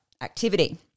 activity